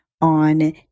on